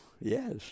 Yes